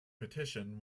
petition